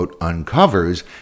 uncovers